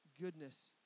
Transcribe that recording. goodness